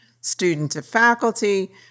student-to-faculty